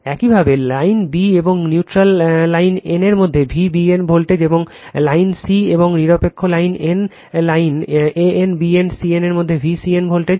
একইভাবে line b এবং neutral line n এর মধ্যে Vbn ভোল্টেজ এবং লাইন c এবং নিরপেক্ষ line n line a n b n c n এর মধ্যে Vcn ভোল্টেজ